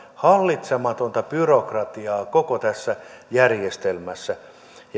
hallitsematonta byrokratiaa koko tässä järjestelmässä